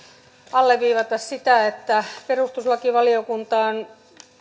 alleviivata sitä että perustuslakivaliokunta on